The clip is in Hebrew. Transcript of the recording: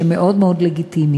שהם מאוד מאוד לגיטימיים.